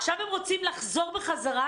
עכשיו הם רוצים לחזור בחזרה,